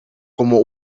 como